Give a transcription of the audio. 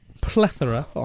plethora